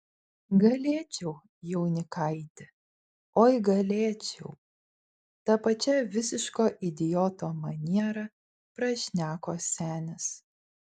galėčiau jaunikaiti oi galėčiau ta pačia visiško idioto maniera prašneko senis